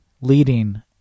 leading